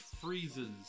freezes